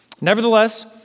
Nevertheless